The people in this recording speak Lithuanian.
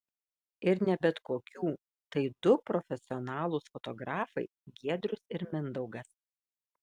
ir ne bet kokių tai du profesionalūs fotografai giedrius ir mindaugas